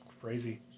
crazy